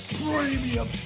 premium